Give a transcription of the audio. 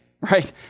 right